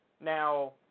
Now